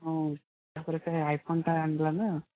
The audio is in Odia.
ହଁ ତା'ପରେ ତା' ଆଇଫୋନ୍ଟା ଆଣିଦେବା ନା